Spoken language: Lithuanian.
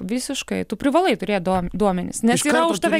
visiškai tu privalai turėti duomenis nesigrauždavo